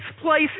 place